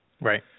Right